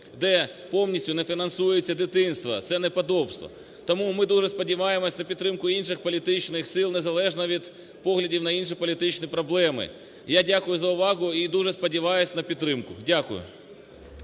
де повністю не фінансується дитинство. Це неподобство! Тому ми дуже сподіваємося на підтримку інших політичних сил незалежно від поглядів на інші політичні проблеми. Я дякую за увагу і дуже сподіваюсь на підтримку. Дякую.